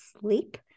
sleep